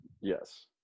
Yes